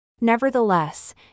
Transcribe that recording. Nevertheless